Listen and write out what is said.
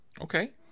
Okay